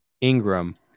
ingram